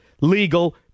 legal